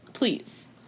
please